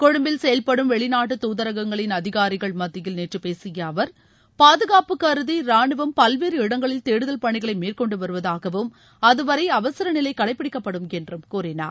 கொழும்பில் செயல்படும் வெளிநாட்டு துதரகங்களின் அதிகாரிகள் மத்தியில் நேற்று பேசிய அவர் பாதுகாப்பு கருதி ரானுவம் பல்வேறு இடங்களில் தேடுதல் பணிகளை மேற்கொண்டு வருவதாகவும் அதுவரை அவசரநிலை கடைபிடிக்கப்படும் என்றும் கூறினார்